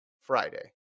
Friday